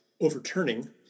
overturning